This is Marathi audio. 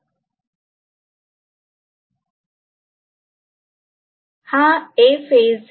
याआधीच्या पानावर आपण लिहिले होते की ही समीकरणे प्रत्येक फेज च्या एम एम एफ निगडित असतील